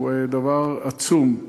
הוא דבר עצום.